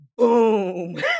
Boom